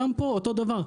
אז גם פה אותו דבר.